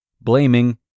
blaming